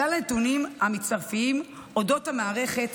שלל הנתונים המצרפיים על אודות המערכת